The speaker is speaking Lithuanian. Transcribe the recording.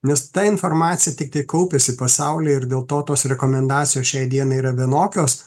nes ta informacija tiktai kaupiasi pasauly ir dėl to tos rekomendacijos šiai dienai yra vienokios